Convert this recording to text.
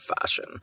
fashion